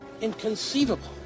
Inconceivable